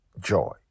joy